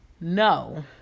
No